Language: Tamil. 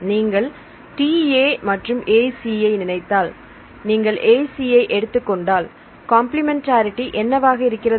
நீங்கள் TA மற்றும் AC யை நினைத்தால் நீங்கள் AC யை எடுத்துக்கொண்டால் கம்பிளிமெண்டரிடி என்னவாக இருக்கிறது